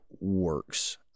works